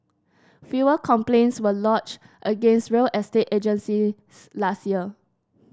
fewer complaints were lodged against real estate agencies last year